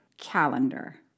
calendar